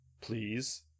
please